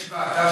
יש ועדה